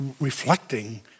reflecting